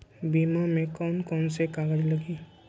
बीमा में कौन कौन से कागज लगी?